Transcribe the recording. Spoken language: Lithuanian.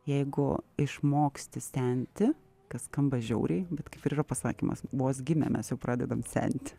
jeigu išmoksti senti kas skamba žiauriai bet kaip ir yra pasakymas vos gimę mes jau pradedam senti